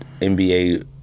NBA